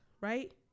right